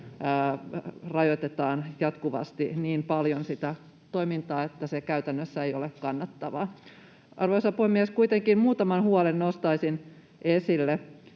rajoitetaan jatkuvasti niin paljon sitä toimintaa, että se käytännössä ei ole kannattavaa. Arvoisa puhemies! Kuitenkin muutaman huolen nostaisin esille.